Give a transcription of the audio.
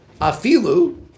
Afilu